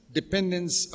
dependence